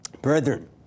Brethren